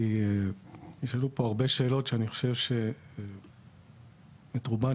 כי נשאלו פה הרבה שאלות שאני חושב שאת רובן,